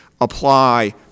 apply